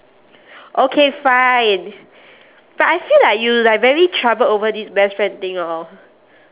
okay fine but I feel like you like very troubled over this best friend thing hor